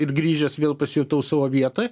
ir grįžęs vėl pasijutau savo vietoj